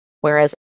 Whereas